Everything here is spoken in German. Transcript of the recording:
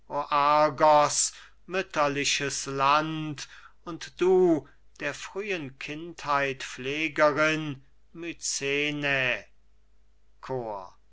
mütterliches land und du der frühen kindheit pflegerin mycene chor